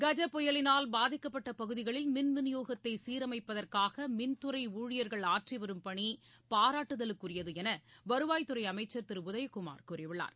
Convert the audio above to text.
கஜ புயலினால் பாதிக்கப்பட்ட பகுதிகளில் மின் வினியோகத்தை சீரமைப்பதற்காக மின்துறை ஊழியர்கள் ஆற்றிவரும் பணி பாராட்டுதலுக்குரியது என வருவாய் துறை அமைச்சர் திரு உதயகுமார் கூறியுள்ளார்